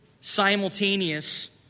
simultaneous